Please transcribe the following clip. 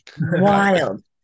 Wild